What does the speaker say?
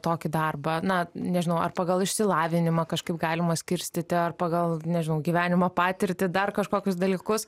tokį darbą na nežinau ar pagal išsilavinimą kažkaip galima skirstyti ar pagal nežinau gyvenimo patirtį dar kažkokius dalykus